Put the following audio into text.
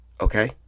Okay